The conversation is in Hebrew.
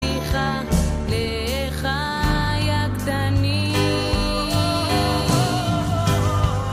מבטיחה לאחי הקטנים